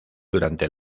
durante